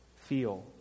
feel